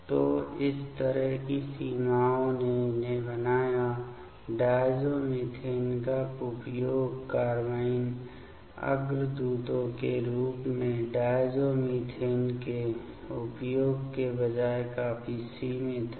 तो इस तरह की सीमाओं ने इन्हें बनाया डायज़ोमिथेन का उपयोग कार्बाइन अग्रदूत के रूप में डायज़ोमीथेन के उपयोग के बजाय काफी सीमित है